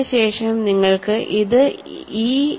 അതിനുശേഷം നിങ്ങൾക്ക് ഇത് ഇമെയിൽ story